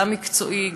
גם מקצועי,